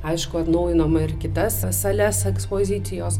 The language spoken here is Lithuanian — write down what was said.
aišku atnaujinama ir kitas sales ekspozicijos